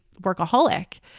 workaholic